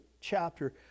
chapter